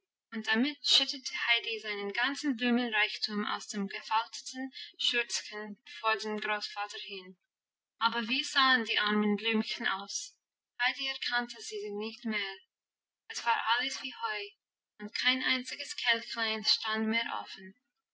und damit schüttete heidi seinen ganzen blumenreichtum aus dem gefalteten schürzchen vor den großvater hin aber wie sahen die armen blümchen aus heidi erkannte sie nicht mehr es war alles wie heu und kein einziges kelchlein stand mehr offen